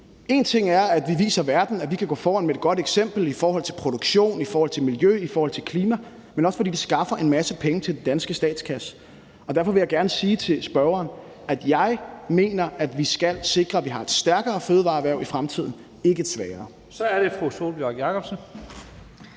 Én ting er, at vi viser verden, at vi kan gå foran med et godt eksempel i forhold til produktion, i forhold til miljø, i forhold til klima, men vi skaffer også en masse penge til den danske statskasse. Derfor vil jeg gerne sige til spørgeren, at jeg mener, at vi skal sikre, at vi i fremtiden har et stærkere fødevareerhverv og ikke et svagere. Kl. 11:21 Første